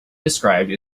described